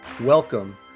Welcome